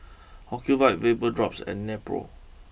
Ocuvite Vapodrops and Nepro